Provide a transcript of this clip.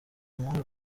amahoro